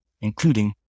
including